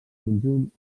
conjunt